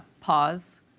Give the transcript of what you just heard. pause